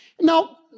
Now